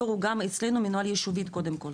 התור הוא גם אצלנו מנוהל יישובית קודם כל,